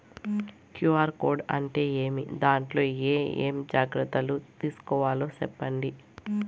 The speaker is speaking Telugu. క్యు.ఆర్ కోడ్ అంటే ఏమి? దాంట్లో ఏ ఏమేమి జాగ్రత్తలు తీసుకోవాలో సెప్పండి?